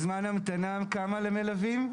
זמן המתנה כמה למלווים?